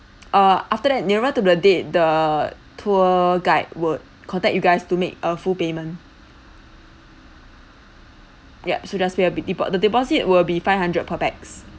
uh after that nearer to the date the tour guide would contact you guys to make a full payment yup so just pay a bit depo~ the deposit will be five hundred per pax